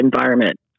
environment